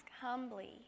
humbly